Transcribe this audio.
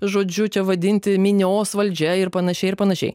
žodžiu čia vadinti minios valdžia ir panašiai ir panašiai